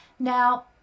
Now